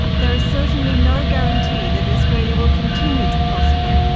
there is certainly no guarantee that australia will continue to prosper,